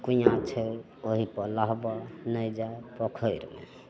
कुआँ छै ओही पर नहबऽ नहि जा पोखरि